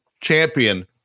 champion